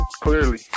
clearly